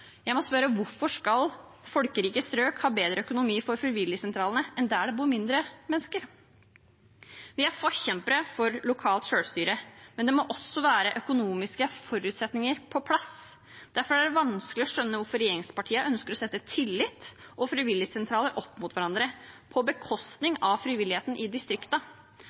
Jeg må spørre: Hvorfor skal folkerike strøk ha bedre økonomi for frivilligsentralene enn strøk der det bor færre mennesker? Vi er forkjempere for lokalt selvstyre, men det må være økonomiske forutsetninger på plass. Derfor er det vanskelig å skjønne hvorfor regjeringspartiene ønsker å sette tillit og frivilligsentraler opp mot hverandre, på bekostning av frivilligheten i